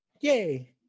yay